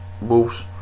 wolves